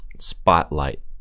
spotlight